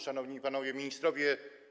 Szanowni Panowie Ministrowie!